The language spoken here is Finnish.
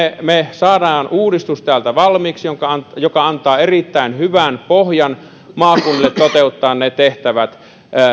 me saamme täältä valmiiksi uudistuksen joka antaa erittäin hyvän pohjan maakunnille toteuttaa ne tehtävät